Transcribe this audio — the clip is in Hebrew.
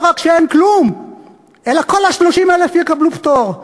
לא רק שאין כלום אלא כל ה-30,000 יקבלו פטור.